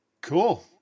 cool